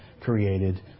created